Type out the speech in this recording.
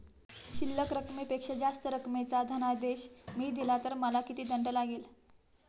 शिल्लक रकमेपेक्षा जास्त रकमेचा धनादेश मी दिला तर मला किती दंड लागेल?